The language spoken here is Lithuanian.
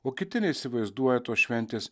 o kiti neįsivaizduoja tos šventės